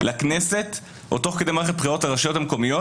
לכנסת או תוך כדי מערכת בחירות לרשויות המקומיות.